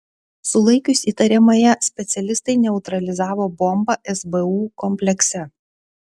sulaikius įtariamąją specialistai neutralizavo bombą sbu komplekse